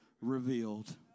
revealed